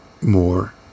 more